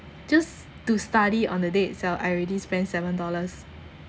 just to study on the day itself I already spend seven dollars